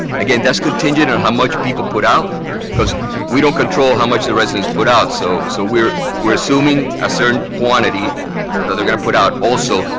again, that's contingent on how much people put out because we don't control how much the residents put out, so so we're we're assuming a certain quantity that they're going to put out also.